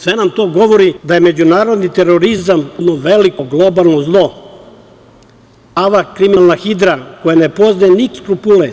Sve nam to govori da je međunarodni terorizam odavno postao jedno veliko globalno zlo, prava kriminalna hidra koja ne poznaje nikakve skrupule,